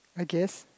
I guess